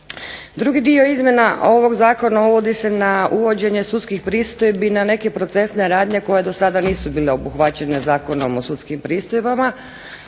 Drugi dio izmjena ovoga zakona uvodi se na uvođenje sudskih pristojbi na neke procesne radnje koje do sada nisu bile obuhvaćene Zakonom o sudskim pristojbama.